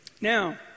Now